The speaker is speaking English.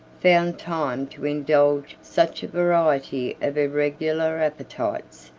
found time to indulge such a variety of irregular appetites,